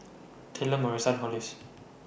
Taylor Marissa Hollis